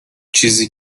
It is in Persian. چیزی